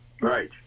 Right